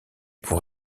pour